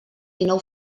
dinou